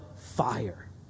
fire